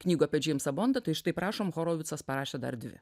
knygų apie džeimsą bondą tai štai prašom horovicas parašė dar dvi